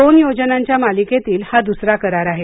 दोन योजनांच्या मालिकेतील हा दुसरा करार आहे